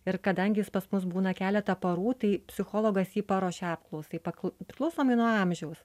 ir kadangi jis pas mus būna keletą parų tai psichologas jį paruošia apklausai paklu priklausomai nuo amžiaus